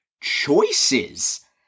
choices